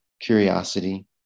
curiosity